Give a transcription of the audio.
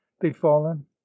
befallen